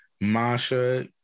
masha